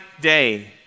day